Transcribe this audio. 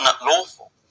unlawful